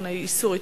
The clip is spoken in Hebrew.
8) (איסור התקשרות),